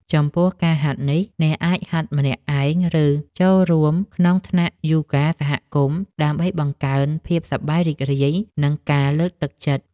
ចំពោះការហាត់នេះ អ្នកអាចហាត់ម្នាក់ឯង ឬចូលរួមក្នុងថ្នាក់យូហ្គាសហគមន៍ ដើម្បីបង្កើនភាពសប្បាយរីករាយ និងការលើកទឹកចិត្ត។